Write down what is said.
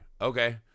Okay